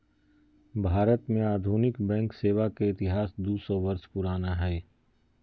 भारत में आधुनिक बैंक सेवा के इतिहास दू सौ वर्ष पुराना हइ